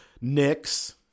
Knicks